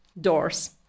doors